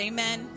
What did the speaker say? Amen